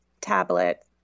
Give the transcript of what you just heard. tablet